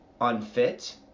unfit